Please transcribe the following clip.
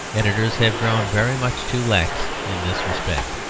editors have grown very much too lax in this respect.